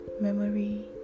memory